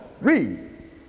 Read